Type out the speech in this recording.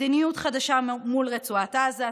מדיניות חדשה מול רצועת עזה,